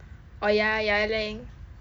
oh ya ya ling